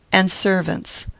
and servants.